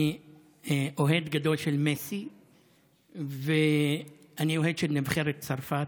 אני אוהד גדול של מסי ואני אוהד של נבחרת צרפת,